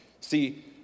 See